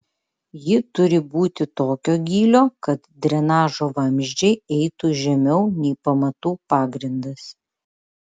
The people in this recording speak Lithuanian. ji turi būti tokio gylio kad drenažo vamzdžiai eitų žemiau nei pamatų pagrindas